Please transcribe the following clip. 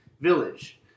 village